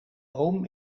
oom